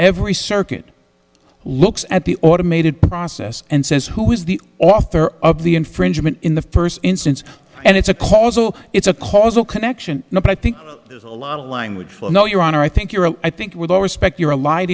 every circuit looks at the automated process and says who is the author of the infringement in the first instance and it's a causal it's a causal connection no i think there's a lot of language well no your honor i think you're i think with all respect you're allied